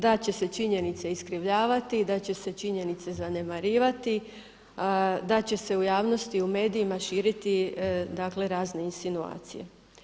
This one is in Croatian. Da će se činjenice iskrivljavati, da će se činjenice zanemarivati, da će se u javnosti i u medijima širiti dakle razne insinuacije.